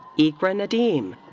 iqra nadeem.